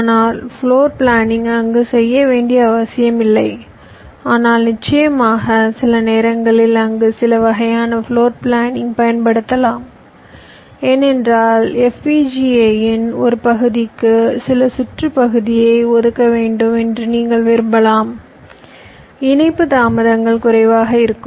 ஆனால் floor planning அங்கு செய்ய வேண்டிய அவசியமில்லை ஆனால் நிச்சயமாக சில நேரங்களில் அங்கு சில வகையான ஃப்ளோர் பிளானிங் பயன்படுத்தலாம் ஏனென்றால் FPGA இன் ஒரு பகுதிக்கு சில சுற்று பகுதியை ஒதுக்க வேண்டும் என்று நீங்கள் விரும்பலாம் இணைப்பு தாமதங்கள் குறைவாக இருக்கும்